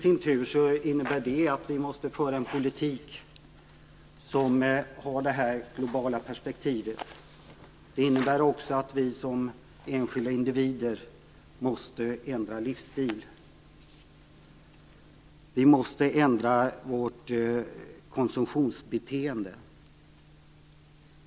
Det innebär i sin tur att vi måste föra en politik som har det här globala perspektivet. Det innebär också att vi som enskilda individer måste ändra livsstil. Vi måste ändra vårt konsumtionsbeteende.